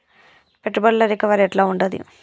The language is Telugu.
పెట్టుబడుల రికవరీ ఎట్ల ఉంటది?